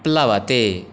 प्लवते